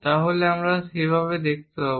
তাহলে আমরা সেইভাবে কিছু দেখতে পাব